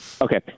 Okay